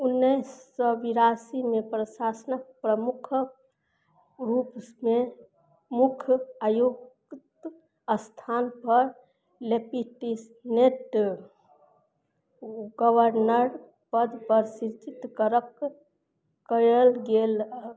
उनैस सओ बेरासीमे प्रशासनक प्रमुखके रूपमे मुख्य आयुक्तके अस्थानपर लेफ्टिनेन्ट गवर्नर पदपर सृजित करक कएल गेल अँ